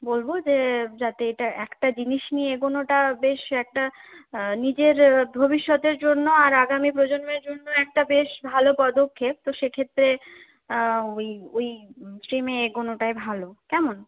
বলবো যে যাতে এটা একটা জিনিস নিয়ে এগোনোটা বেশ একটা নিজের ভবিষ্যতের জন্য আর আগামী প্রজন্মের জন্য একটা বেশ ভালো পদক্ষেপ তো সেক্ষেত্রে ওই ওই স্ট্রীমে এগোনোটাই ভালো কেমন